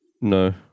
No